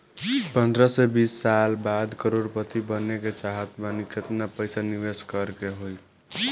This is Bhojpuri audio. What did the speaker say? पंद्रह से बीस साल बाद करोड़ पति बने के चाहता बानी केतना पइसा निवेस करे के होई?